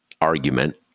argument